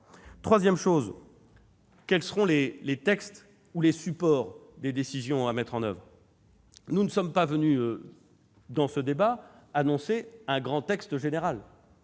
Troisièmement, quels seront les textes ou les supports des décisions à mettre en oeuvre ? Nous ne sommes pas venus dans ce débat annoncer un grand texte général